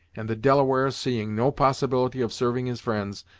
and the delaware seeing no possibility of serving his friends,